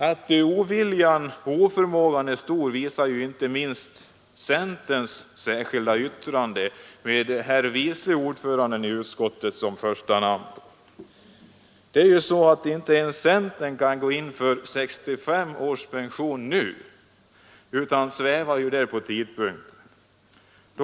Att oviljan och oförmågan är stora visar inte minst centerns särskilda yttrande med herr vice ordföranden i utskottet som första namn. Inte ens centern tycks kunna bestämma sig för en pensionsgräns vid 65 år nu, utan uttalar sig svävande beträffande tidpunkten.